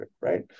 right